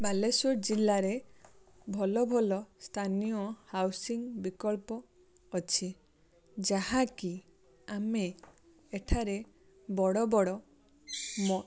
ବାଲେଶ୍ୱର ଜିଲ୍ଲାରେ ଭଲ ଭଲ ସ୍ଥାନୀୟ ହାଉସିଂ ବିକଳ୍ପ ଅଛି ଯାହାକି ଆମେ ଏଠାରେ ବଡ଼ ବଡ଼ ମ